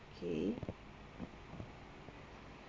okay